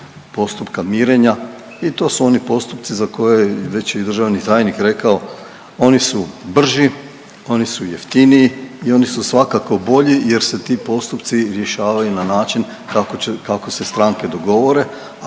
postupka mirenja i to su oni postupci za koje je već i državni tajnik rekao oni su brži, oni su jeftiniji i oni su svakako bolji jer se ti postupci rješavaju na način kako se stranke dogovore.